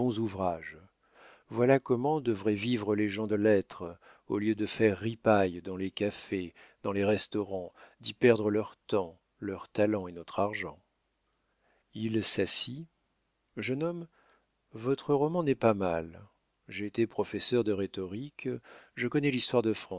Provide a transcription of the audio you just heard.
ouvrages voilà comment devraient vivre les gens de lettres au lieu de faire ripaille dans les cafés dans les restaurants d'y perdre leur temps leur talent et notre argent il s'assit jeune homme votre roman n'est pas mal j'ai été professeur de rhétorique je connais l'histoire de